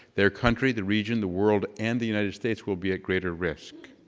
their country, the region, the world and the united states will be at greater risk.